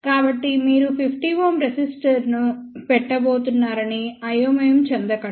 కాబట్టి మీరు 50 Ω రెసిస్టర్ను పెట్టబోతున్నారని అయోమయం చెందకండి